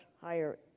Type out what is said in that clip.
higher